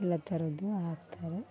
ಎಲ್ಲ ಥರದ್ದು ಹಾಕ್ತಾರೆ